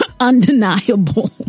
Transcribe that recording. undeniable